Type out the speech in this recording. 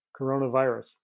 coronavirus